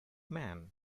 man